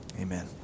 amen